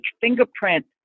fingerprint